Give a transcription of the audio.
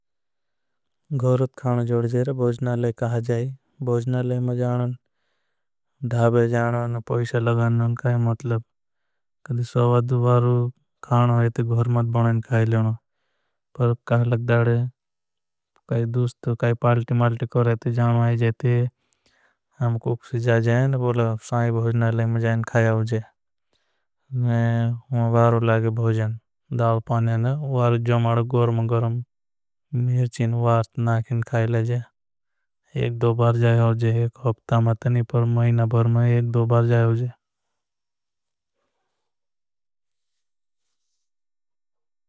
घर खान जोड़ जेरे भोजना ले कहा जाई भोजना ले में जानन। धाबे जानन पोईशा लगानन काई मतलब स्वागत वारु खान है। ते गहर मत बनें खाय लेना काई लगदार काई दूस्त काई पालिटी। मालिटी को रहते जान आये जायते कुछ जा जाएं बोला साई। भोजना ले में जाएं खाय आउजे वारु लागे। भोजन दाल पान्यान वारु जमार गरम गरम मिर्चिन वार्त नाखें। खाय लेजे दो बार जाय आउजे एक हफ़ता मात नहीं पर माईना। भर मा एक दो बार जाय आउजे।